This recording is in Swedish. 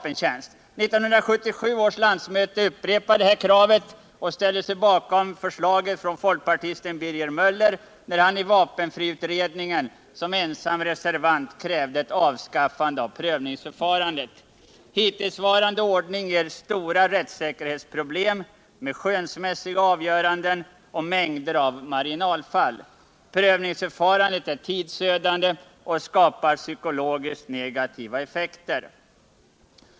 1977 års landsmöte upprepade detta krav och ställde sig bakom förslaget från folkpartisten Birger Möller, när han i vapenfriutredningen som ensam reservant krävde ett avskaffande av prövningsförfarandet. Hittillsvarande ordning ger stora rättssäkerhetsproblem, med skönsmässiga avgöranden och mängder av marginalfall. Prövningsförfarandet är tidsödande och skapar psykologiskt negativa effekter.